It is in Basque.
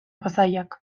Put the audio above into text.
pasaiak